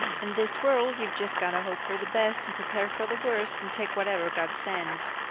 in this world you've just got to hope for the best and prepare for the worst and take whatever god sends.